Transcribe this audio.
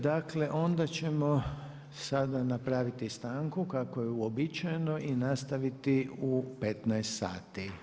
Dakle, onda ćemo sada napraviti stanku kako je uobičajeno i nastaviti u 15,00 sati.